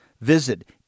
Visit